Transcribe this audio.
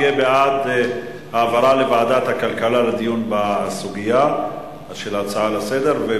יהיה בעד העברת הסוגיה של ההצעה לסדר-היום לדיון בוועדת הכלכלה.